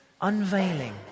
Unveiling